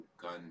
gun